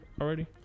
already